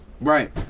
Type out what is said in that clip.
Right